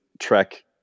Trek